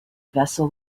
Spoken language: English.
vessel